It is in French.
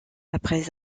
après